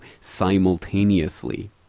simultaneously